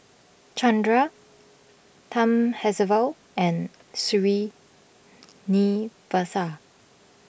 Chandra Thamizhavel and Srinivasa